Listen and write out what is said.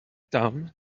town